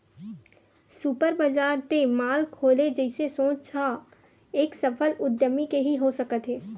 super बजार ते mall खोले जइसे सोच ह एक सफल उद्यमी के ही हो सकत हे